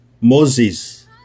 Moses